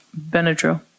Benadryl